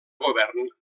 govern